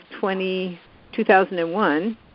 2001